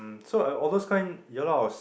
so I'm all those kind ya lah I was